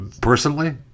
personally